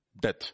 death